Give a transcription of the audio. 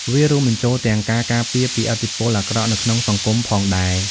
វារួមបញ្ចូលទាំងការការពារពីឥទ្ធិពលអាក្រក់នៅក្នុងសង្គមផងដែរ។